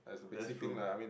that's true